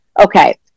okay